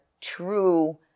true